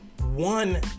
One